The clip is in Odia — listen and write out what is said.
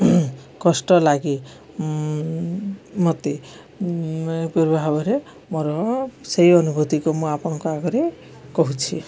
କଷ୍ଟ ଲାଗେ ମୋତେ ପୂର୍ବ ଭାବରେ ମୋର ସେଇ ଅନୁଭୂତିକୁ ମୁଁ ଆପଣଙ୍କ ଆଗରେ କହୁଛି